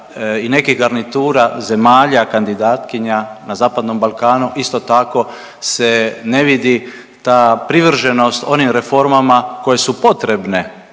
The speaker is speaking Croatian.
i nekih garnitura zemalja kandidatkinja na zapadnom Balkanu isto tako se ne vidi ta privrženost onim reformama koje su potrebne